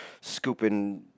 scooping